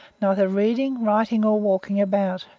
neither reading, writing, nor walking about.